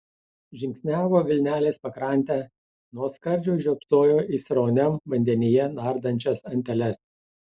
žingsniavo vilnelės pakrante nuo skardžio žiopsojo į srauniam vandenyje nardančias anteles